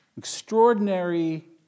extraordinary